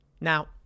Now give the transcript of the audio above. Now